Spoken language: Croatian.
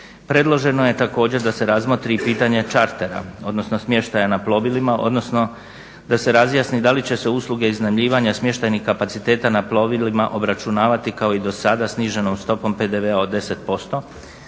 predloženo je također da se razmotri pitanje Čartera odnosno smještaja na plovilima odnosno da se razjasni da li će se usluge iznajmljivanja smještajnih kapaciteta na plovilima obračunavati kao i do sada sniženom stopom PDV-a od 10%